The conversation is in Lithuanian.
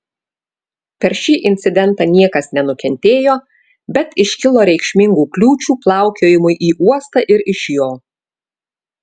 per šį incidentą niekas nenukentėjo bet iškilo reikšmingų kliūčių plaukiojimui į uostą ir iš jo